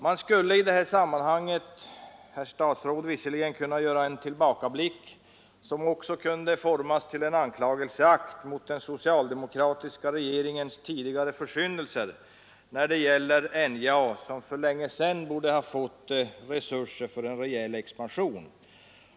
Jag skulle i det här sammanhanget, herr statsråd, visserligen kunna göra en tillbakablick som också kunde formas till en anklagelseakt mot den socialdemokratiska regeringens tidigre försyndelser när det gäller NJA, som för länge sedan borde ha fått resurser för en rejäl expansion.